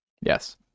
Yes